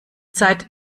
zeit